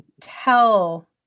tell